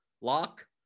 lock